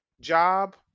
job